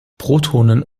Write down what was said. protonen